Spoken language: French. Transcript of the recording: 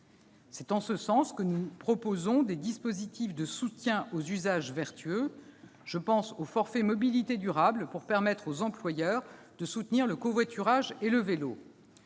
C'est en ce sens que nous proposons des dispositifs de soutien aux usages vertueux. Je pense au « forfait mobilités durables » pour permettre aux employeurs de soutenir le covoiturage et le vélo.